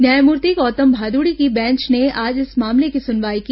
न्यायमूर्ति गौतम भादुड़ी की बैंच ने आज इस मामले की सुनवाई की